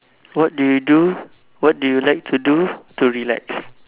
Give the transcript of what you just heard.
what do you do what do you like to do to relax